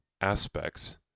aspects